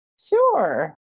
Sure